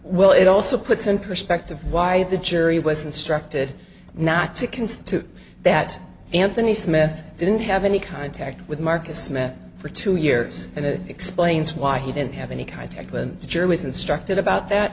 well it also puts in perspective why the jury was instructed not to construe that anthony smith didn't have any contact with marcus met for two years and it explains why he didn't have any contact with the germans instructed about that